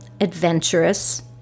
adventurous